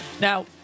Now